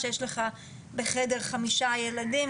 שיש בחדר חמישה ילדים,